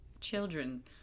children